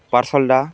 ପାର୍ସଲ୍ଟା